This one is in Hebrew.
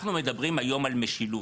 אנחנו מדברים היום על משילות.